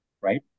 right